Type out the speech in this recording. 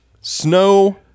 Snow